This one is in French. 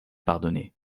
pardonner